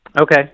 Okay